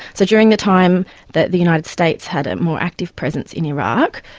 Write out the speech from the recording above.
so during the time that the united states had a more active presence in iraq,